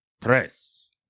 tres